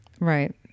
Right